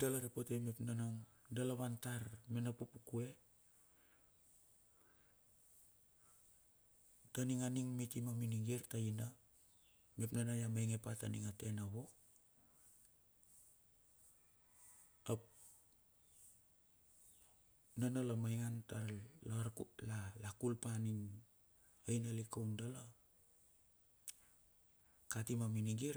dala repotei mep nanang dala vantar me na pupu kue. Taning mitima minigir taina mep nana la mainge pa taninga tena vok ap nana la maingantar la kulpa aina lik kaun da la kati ma minigir.